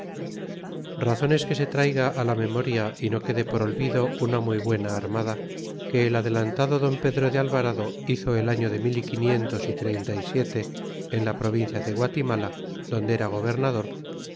razon es que se traiga la memoria y no quede por olvido una muy buena armada que el adelantado don pedro de alvarado hizo el año de mil y quinientos y treinta y siete en la provincia de guatimala donde era gobernador